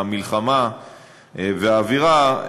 המלחמה והאווירה,